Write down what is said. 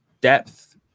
depth